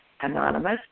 Anonymous